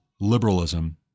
liberalism